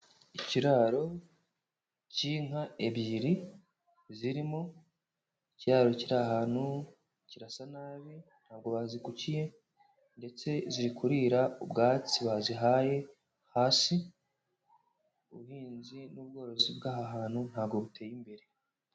Ikiraro cy'inka ebyiri zirimo, ikiraro kiri ahantu kirasa nabi ntabwo bazikukiye ndetse zirikurira ubwatsi bazihaye hasi, ubuhinzi n'ubworozi bw'aha hantu ntabwo buteye imbere.